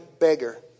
beggar